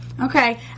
Okay